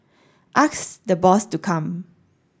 ask the boss to come